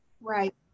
Right